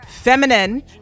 Feminine